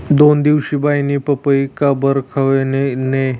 दोनदिशी बाईनी पपई काबरं खावानी नै